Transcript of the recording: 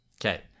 Okay